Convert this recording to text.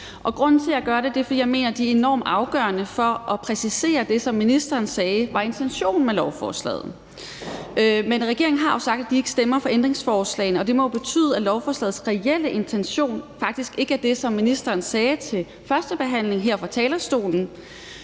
Grunden til, at jeg gør det, er, at jeg mener, at de er enormt afgørende for at præcisere det, som ministeren sagde var intentionen med lovforslaget. Men regeringen har sagt, at de ikke stemmer for ændringsforslagene, og det må jo betyde, at lovforslagets reelle intention faktisk ikke er det, som ministeren sagde til førstebehandlingen her fra talerstolen.